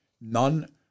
none